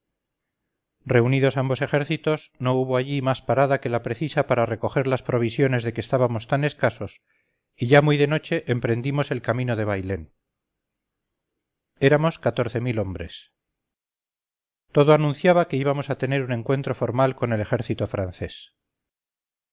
reunidos ambos ejércitos no hubo allí más parada que la precisa para recoger las provisiones de que estábamos tan escasos y ya muy de noche emprendimos el camino de bailén éramos catorce mil hombres todo anunciaba que íbamos a tener un encuentro formal con el ejército francés